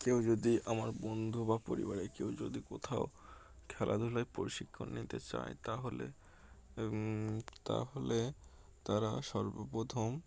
কেউ যদি আমার বন্ধু বা পরিবারের কেউ যদি কোথাও খেলাধুলায় প্রশিক্ষণ নিতে চায় তাহলে তাহলে তারা সর্বপ্রথম